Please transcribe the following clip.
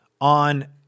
on